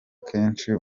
kenshi